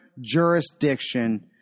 Jurisdiction